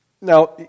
Now